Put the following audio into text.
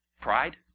pride